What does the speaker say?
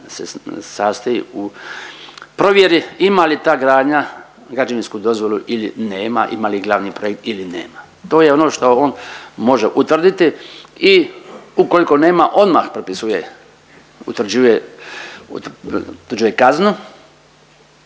sastoji u provjeri ima li ta gradnja građevinsku dozvolu ili nema, ima li glavni projekt ili nema. To je ono što on može utvrditi i ukoliko nema odmah propisuje, utvrđuje kaznu,